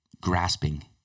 grasping